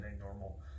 normal